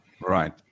Right